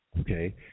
okay